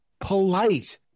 polite